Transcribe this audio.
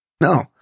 No